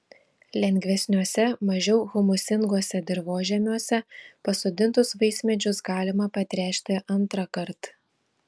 lengvesniuose mažiau humusinguose dirvožemiuose pasodintus vaismedžius galima patręšti antrąkart